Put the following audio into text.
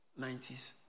90s